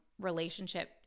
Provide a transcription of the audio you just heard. relationship